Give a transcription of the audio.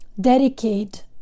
dedicate